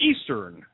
Eastern